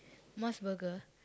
Mos-Burger